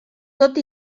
tot